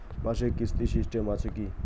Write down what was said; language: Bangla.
মাসিক কিস্তির সিস্টেম আছে কি?